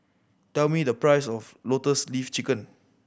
tell me the price of Lotus Leaf Chicken